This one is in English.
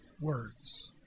words